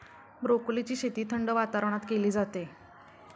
ब्रोकोलीची शेती थंड वातावरणात केली जाते